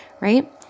right